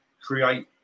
create